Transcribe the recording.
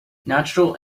natural